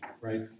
right